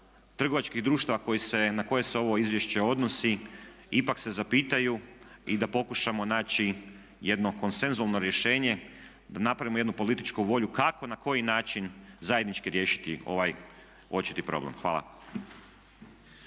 trgovačkih društava na koje se ovo izvješće odnosi ipak se zapitaju i da pokušamo naći jedno konsensualno rješenje da napravimo jednu političku volju kako i na koji način zajednički riješiti ovaj očiti problem. Hvala.